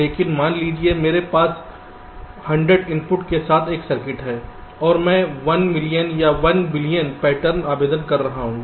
लेकिन मान लीजिए मेरे पास 100 इनपुट के साथ एक सर्किट है और मैं 1 मिलियन या 1 बिलियन पैटर्न आवेदन कर रहा हूं